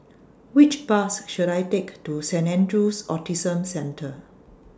Which Bus should I Take to Saint Andrew's Autism Centre